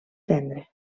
tendre